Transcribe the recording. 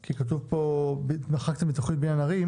כי מחקתם תוכנית בניין ערים